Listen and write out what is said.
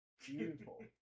beautiful